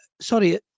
Sorry